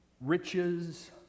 Riches